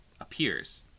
appears